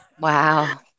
Wow